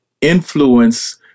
influence